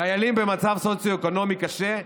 חיילים במצב סוציו-אקונומי קשה,